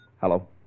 Hello